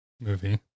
movie